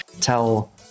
tell